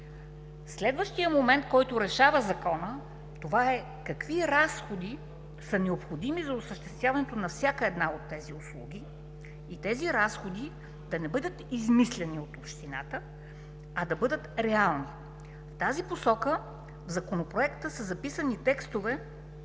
Следващият момент, който решава Законът, е какви разходи са необходими за осъществяването на всяка една от тези услуги и тези разходи да не бъдат измислени от общината, а да бъдат реални. В тази посока в Законопроекта са записани текстове,